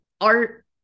art